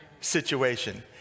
Situation